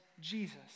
Jesus